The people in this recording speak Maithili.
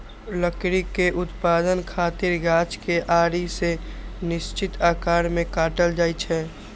लकड़ी के उत्पादन खातिर गाछ कें आरी सं निश्चित आकार मे काटल जाइ छै